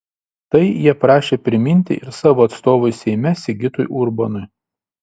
tai jie prašė priminti ir savo atstovui seime sigitui urbonui